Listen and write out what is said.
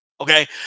Okay